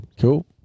Cool